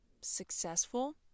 successful